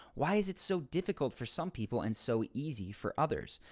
why is it so difficult for some people and so easy for others?